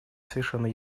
совершенно